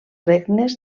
regnes